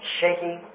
shaking